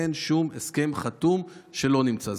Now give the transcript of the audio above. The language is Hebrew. אין שום הסכם חתום שלא נמצא.